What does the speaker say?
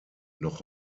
noch